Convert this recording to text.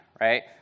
right